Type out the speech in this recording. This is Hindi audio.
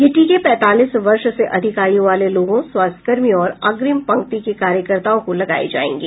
ये टीके पैंतालीस वर्ष से अधिक आयु वाले लोगों स्वास्थ्यकर्मियों और अग्रिम पंक्ति के कार्यकर्ताओं को लगाये जाएंगे